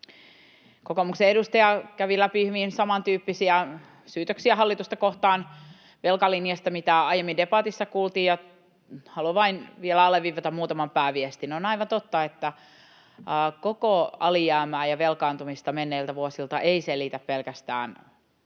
kokoomuksen edustaja kävi läpi hyvin samantyyppisiä syytöksiä hallitusta kohtaan velkalinjasta, mitä aiemmin debatissa kuultiin, ja haluan vain vielä alleviivata muutaman pääviestin. On aivan totta, että koko alijäämää ja velkaantumista menneiltä vuosilta eivät selitä pelkästään